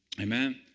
Amen